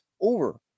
over